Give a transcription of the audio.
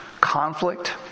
conflict